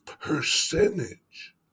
percentage